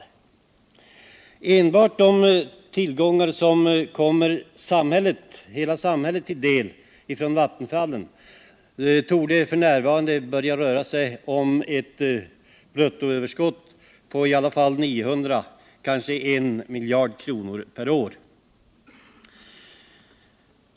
Det bruttoöverskott från vattenfallen som kommer hela samhället till del torde f. n. röra sig om 900 miljoner eller kanske 1 miljard kronor per år.